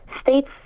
state's